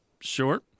Sure